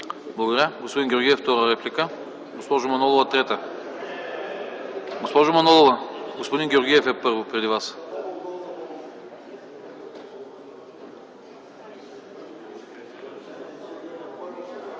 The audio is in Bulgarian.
Благодаря. Господин Георгиев – втора реплика. Госпожо Манолова – трета. Госпожо Манолова, господин Георгиев е преди Вас.